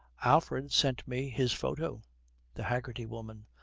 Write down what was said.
alfred sent me his photo the haggerty woman.